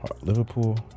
liverpool